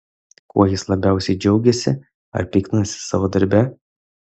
kuo jis labiausiai džiaugiasi ar piktinasi savo darbe